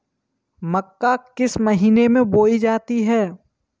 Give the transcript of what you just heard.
मक्का किस महीने में बोई जाती है?